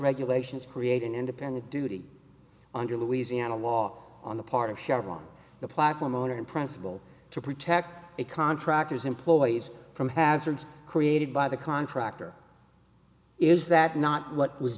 regulations create an independent duty under louisiana law on the part of chevron the platform owner in principle to protect the contractors employees from hazards created by the contractor is that not what w